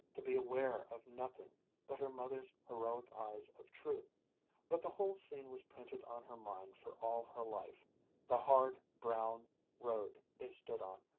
to be aware of nothing but her mother's heroic eyes of truth but the whole scene was printed on her mind for all her life the hard, brown road they stood on,